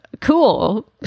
cool